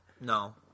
No